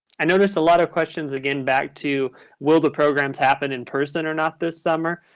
i noticed a lot of questions again back to will the programs happen in person or not this summer?